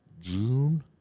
June